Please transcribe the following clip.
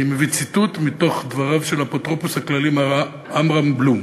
ואני מביא ציטוט מתוך דבריו של האפוטרופוס הכללי מר עמרם בלום: